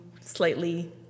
slightly